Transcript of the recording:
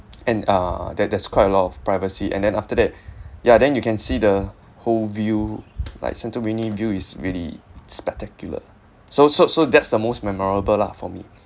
and uh there~ there's quite a lot of privacy and then after that ya then you can see the whole view like santorini view is really spectacular so so so that's the most memorable lah for me